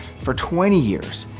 for twenty years.